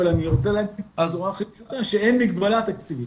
אבל אני רוצה להגיד --- הכי פשוטה שאין מגבלה תקציבית.